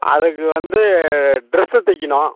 அதுக்கு வந்து ட்ரெஸ்ஸு தைக்கணும்